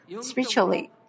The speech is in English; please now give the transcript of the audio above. spiritually